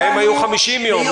להם היו 50 יום,